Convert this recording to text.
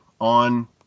on